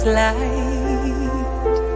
light